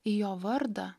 į jo vardą